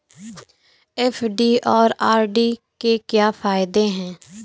FD और RD के क्या फायदे हैं?